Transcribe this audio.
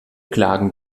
klagen